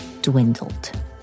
dwindled